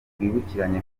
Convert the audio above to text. twibukiranye